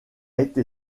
été